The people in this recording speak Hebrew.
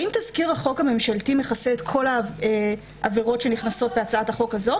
האם תזכיר החוק הממשלתי מכסה את כל העבירות שנכנסות בהצעת החוק הזאת,